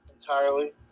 entirely